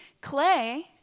Clay